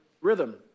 rhythm